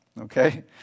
okay